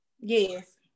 Yes